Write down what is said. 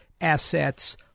assets